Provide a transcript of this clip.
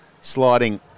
sliding